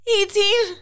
Eighteen